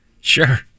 sure